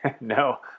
No